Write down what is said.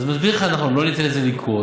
אז אני מסביר לך שאנחנו לא ניתן לזה לקרות,